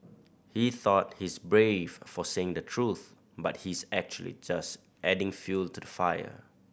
he thought he's brave for saying the truth but he's actually just adding fuel to the fire